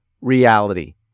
reality